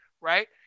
right